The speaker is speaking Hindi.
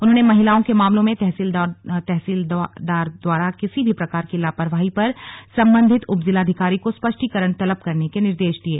उन्होंने महिलाओं के मामलों में तहसीलदार द्वारा किसी भी प्रकार की लापरवाही पर सम्बन्धित उपजिलाधिकारी को स्पष्टीकरण तलब करने के निर्देश दिये